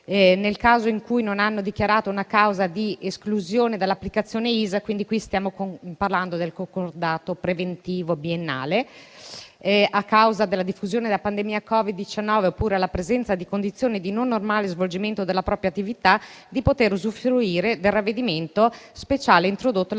dal 2018 al 2022 non abbiano dichiarato una causa di esclusione dall'applicazione degli ISA - stiamo quindi parlando del concordato preventivo biennale - a causa della diffusione della pandemia Covid-19, oppure alla presenza di condizioni di non normale svolgimento della propria attività, di poter usufruire del ravvedimento speciale introdotto